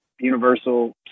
universal